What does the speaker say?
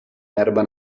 erba